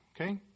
Okay